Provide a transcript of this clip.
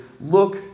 look